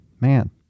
man